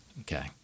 Okay